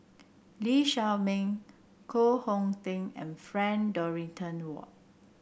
Lee Shao Meng Koh Hong Teng and Frank Dorrington Ward